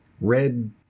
Red